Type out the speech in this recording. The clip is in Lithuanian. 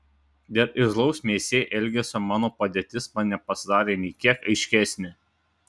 dėl irzlaus mesjė elgesio mano padėtis man nepasidarė nė kiek aiškesnė